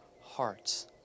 hearts